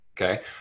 Okay